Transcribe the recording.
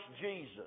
Jesus